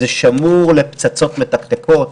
זה שמור לפצצות מתקתקות,